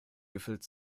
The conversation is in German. gefüllt